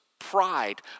pride